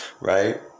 Right